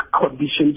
conditions